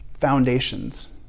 foundations